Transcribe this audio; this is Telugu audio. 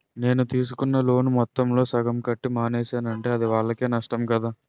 నేను తీసుకున్న లోను మొత్తంలో సగం కట్టి మానేసానంటే అది వాళ్ళకే నష్టం కదా